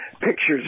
pictures